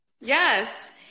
Yes